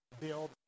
Build